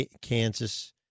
Kansas